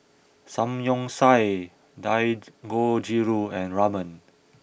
Samgyeopsal Dangojiru and Ramen